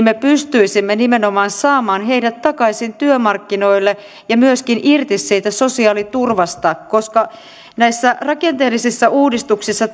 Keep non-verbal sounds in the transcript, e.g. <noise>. <unintelligible> me pystyisimme nimenomaan saamaan takaisin työmarkkinoille ja myöskin irti siitä sosiaaliturvasta koska näissä rakenteellisissa uudistuksissa <unintelligible>